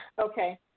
Okay